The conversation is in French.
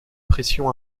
pression